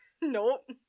Nope